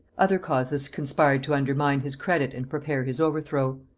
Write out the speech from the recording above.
other causes conspired to undermine his credit and prepare his overthrow.